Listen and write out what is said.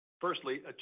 firstly